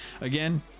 Again